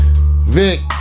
Vic